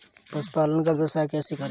पशुपालन का व्यवसाय कैसे करें?